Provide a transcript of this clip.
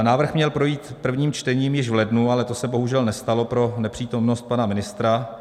Návrh měl projít prvním čtením již v lednu, ale to se bohužel nestalo pro nepřítomnost pana ministra.